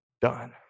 done